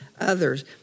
others